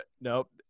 Nope